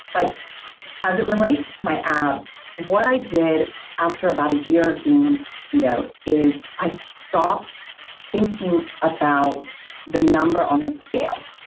but as it relates to my abs what i did after about a year of being in keto is i stopped thinking about the number on the scale,